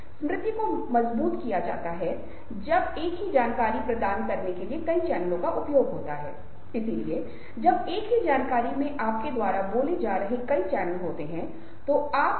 अब आप देखते हैं कि मैं पहले से ही इस अनुभाग में चर्चा कर चुका हूं अनुसंधान हमें बताता है कि पॉल एकमैन ने चेहरे की भावनाओं के बारे में बताया है कि यह सामाजिक रूप से प्रेरित है